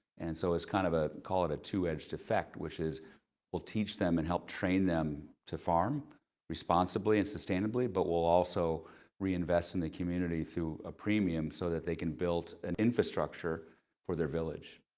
and so it's kind of a, call it a two-edged effect, which is we'll teach them and help train them to farm responsibly and sustainably, but we'll also reinvest in the community through a premium so that they can build an infrastructure for their village.